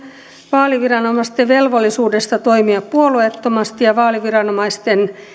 vaaliviranomaisten velvollisuudesta toimia puolueettomasti ja vaaliviranomaisten